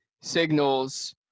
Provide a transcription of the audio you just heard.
signals